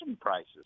prices